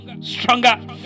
stronger